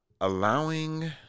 allowing